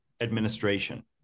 Administration